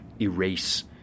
erase